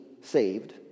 saved